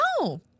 No